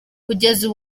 kugeza